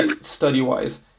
study-wise